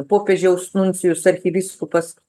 popiežiaus nuncijus arkivyskupas